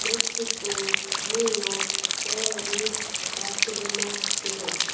Mexico New York Paris Barcelona Dubai